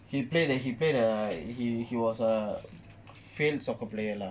he play that he play err he he was a fail soccer player lah